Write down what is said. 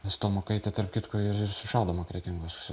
asta mukaitė tarp kitko ir ir sušaudoma kretingos